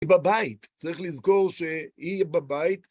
היא בבית, צריך לזכור שהיא בבית.